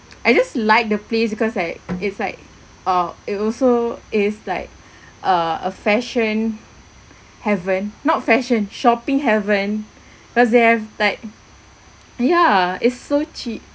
I just like the place because like it's like uh it also is like uh a fashion heaven not fashion shopping heaven cause they have like ya is so cheap